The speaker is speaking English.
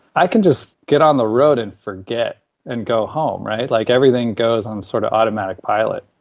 i can just get on the road and forget and go home right? like, everything goes on, sort of, automatic pilot.